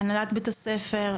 להנהלת בית הספר,